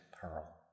pearl